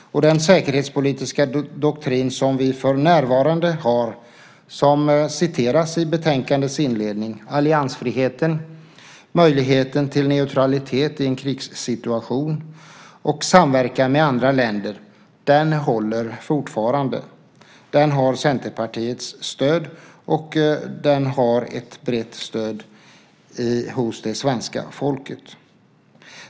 Den säkerhetspolitiska doktrin som vi för närvarande har, som citeras i betänkandets inledning - alliansfriheten, möjligheten till neutralitet i en krigssituation och samverkan med andra länder - håller fortfarande. Den har Centerpartiets stöd, och den har ett brett stöd hos det svenska folket.